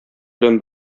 белән